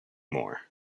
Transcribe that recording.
more